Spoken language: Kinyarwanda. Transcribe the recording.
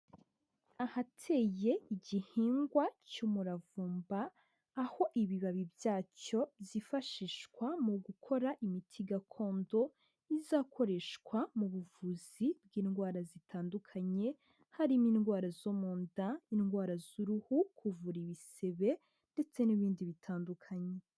Ahateye igihingwa cy'umuravumba, aho ibibabi byacyo zifashishwa mu gukora imiti gakondo izakoreshwa mu buvuzi bw'indwara zitandukanye: harimo indwara zo mu nda, indwara z'uruhu, kuvura ibisebe ndetse n'ibindi bitandukanye.